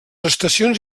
estacions